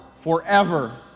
forever